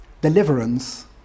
deliverance